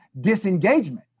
disengagement